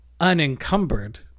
unencumbered